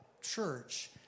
church